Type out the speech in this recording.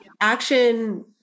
action